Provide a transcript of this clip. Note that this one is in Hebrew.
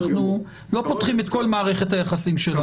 אנחנו לא פותרים את כל מערכת היחסים שלנו.